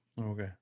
Okay